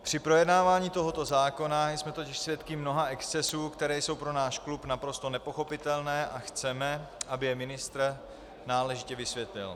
Při projednávání tohoto zákona jsme totiž svědky mnoha excesů, které jsou pro náš klub naprosto nepochopitelné, a chceme, aby je ministr náležitě vysvětlil.